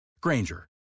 Granger